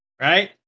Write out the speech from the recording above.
right